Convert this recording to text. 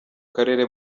karere